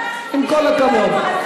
עם כל הכבוד.